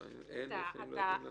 לפעמים אין ולפעמים לא יודעים להפעיל.